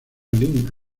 lynn